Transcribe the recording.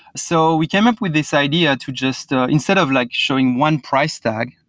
so we came up with this idea to just instead of like showing one price tag,